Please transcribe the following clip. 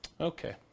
Okay